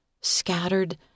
scattered